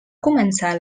començar